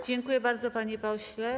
Dziękuję bardzo, panie pośle.